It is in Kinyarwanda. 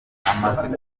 inzu